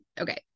Okay